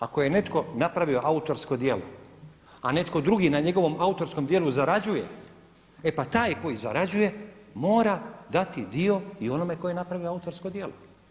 Ako je netko napravio autorsko djelo, a neko drugi na njegovom autorskom djelu zarađuje e pa taj koji zarađuje mora dati dio i onome tko je napravio autorsko djelo.